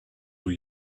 were